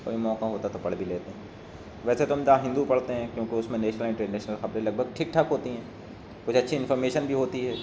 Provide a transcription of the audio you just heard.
کوئی موقعہ ہوتا تو پڑھ بھی لیتے ہیں ویسے تو ہم دی ہندو پڑھتے ہیں کیونکہ اس میں نیشنل انٹرنیشنل خبریں لگ بھگ ٹھیک ٹھاک ہوتی ہیں کچھ اچھی انفارمیشن بھی ہوتی ہے